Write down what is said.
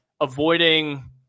avoiding